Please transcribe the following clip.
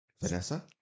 Vanessa